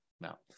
now